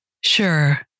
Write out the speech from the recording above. sure